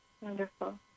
Wonderful